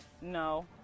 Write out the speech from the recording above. No